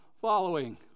following